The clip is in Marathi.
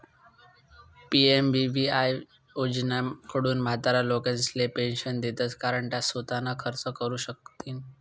पी.एम.वी.वी.वाय योजनाकडथून म्हातारा लोकेसले पेंशन देतंस कारण त्या सोताना खर्च करू शकथीन